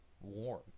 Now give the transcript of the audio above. warm